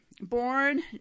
born